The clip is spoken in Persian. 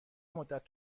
مدت